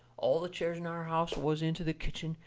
all the chairs in our house was into the kitchen,